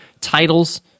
titles